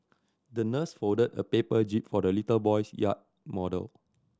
the nurse folded a paper jib for the little boy's yacht model